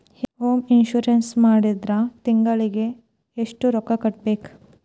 Home insurance ನ ಮಾಡ್ಸಿದ್ರ ತಿಂಗ್ಳಿಗೆ ಎಷ್ಟ್ ರೊಕ್ಕಾ ಕಟ್ಬೇಕ್?